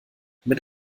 mit